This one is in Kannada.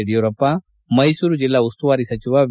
ಯಡಿಯೂರಪ್ಪ ಮೈಸೂರು ಜಿಲ್ಲಾ ಉಸ್ತುವಾರಿ ಸಚಿವ ವಿ